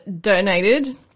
donated